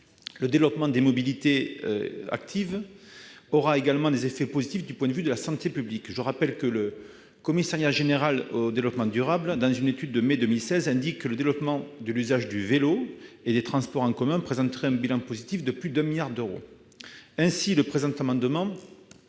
Le développement des mobilités actives aura également des effets positifs en matière de santé publique. Selon une étude du Commissariat général au développement durable de mai 2016, le développement de l'usage du vélo et des transports en commun présenterait un bilan positif de plus d'un milliard d'euros. Ainsi, le présent amendement